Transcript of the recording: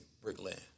Brickland